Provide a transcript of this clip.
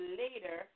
later